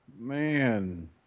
man